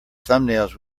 thumbnails